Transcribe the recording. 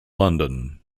london